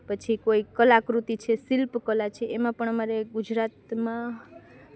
પછી કોઈ કળાકૃતિ છે શિલ્પકળા છે એમાં પણ અમારે ગુજરાતમાં